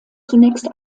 zunächst